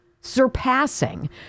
Surpassing